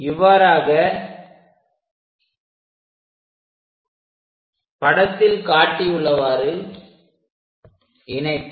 இவ்வாறாகவே படத்தில் காட்டியுள்ளவாறு இணைக்க